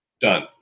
done